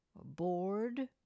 bored